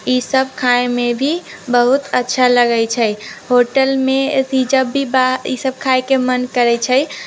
ईसभ खायमे भी बहुत अच्छा लगैत छै होटलमे अथी जब भी बाहर ईसभ खायके मन करैत छै